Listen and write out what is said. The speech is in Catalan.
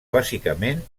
bàsicament